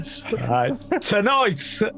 Tonight